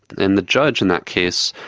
and the judge in that case,